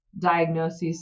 diagnosis